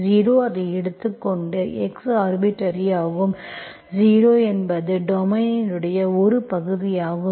0 அதை எடுத்துக்கொண்டு x arbitrary ஆகும் 0 என்பது டொமைன் இன் ஒரு பகுதியாகும்